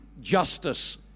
justice